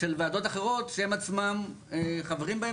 של וועדות אחרות שהם עצמם חברים בהם